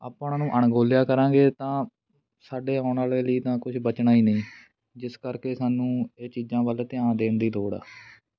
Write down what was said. ਆਪਾਂ ਉਹਨਾਂ ਨੂੰ ਅਣਗੌਲਿਆ ਕਰਾਂਗੇ ਤਾਂ ਸਾਡੇ ਆਉਣ ਵਾਲਿਆਂ ਲਈ ਤਾਂ ਕੁਝ ਬਚਣਾ ਹੀ ਨਹੀਂ ਜਿਸ ਕਰਕੇ ਸਾਨੂੰ ਇਹ ਚੀਜ਼ਾਂ ਵੱਲ ਧਿਆਨ ਦੇਣ ਦੀ ਲੋੜ ਆ